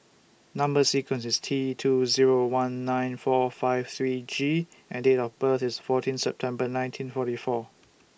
Number sequence IS T two Zero one nine four five three G and Date of birth IS fourteen September nineteen forty four